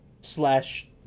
Slash